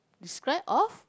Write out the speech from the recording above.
describe of